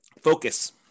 Focus